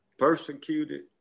Persecuted